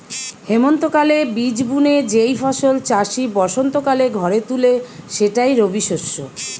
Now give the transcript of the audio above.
হেমন্তকালে বীজ বুনে যেই ফসল চাষি বসন্তকালে ঘরে তুলে সেটাই রবিশস্য